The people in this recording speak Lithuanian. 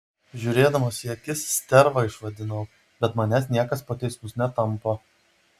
žiūrėdamas į akis sterva išvadinau bet manęs niekas po teismus netampo